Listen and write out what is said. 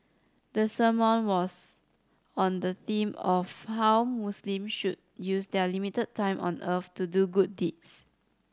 the sermon was on the theme of how Muslims should use their limited time on earth to do good deeds